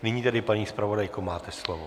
Nyní tedy, paní zpravodajko, máte slovo.